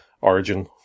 origin